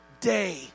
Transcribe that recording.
day